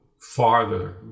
farther